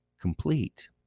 complete